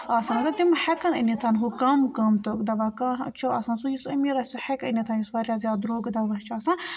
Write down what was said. آسان مَگر تِم ہٮ۪کن أنِتھ ہُہ کَم قۭمتُک دوا کانٛہہ چھُ آسان سُہ یُس أمیٖر آسہِ سُہ ہٮ۪کہِ أنِتھ یُس واریاہ زیادٕ درٛوگ دَوا چھُ آسان